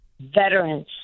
veterans